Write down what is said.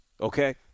okay